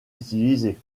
utilisé